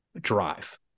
drive